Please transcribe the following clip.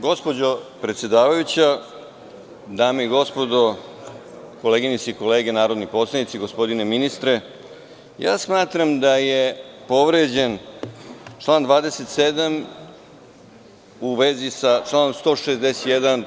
Gospođo predsedavajuća, dame i gospodo, koleginice i kolege narodni poslanici, gospodine ministre, smatram da je povređen član 27. u vezi za članom 161.